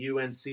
unc